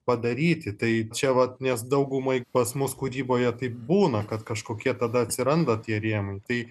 padaryti tai čia vat nes daugumai pas mus kūryboje taip būna kad kažkokie tada atsiranda tie rėmai tai